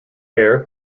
air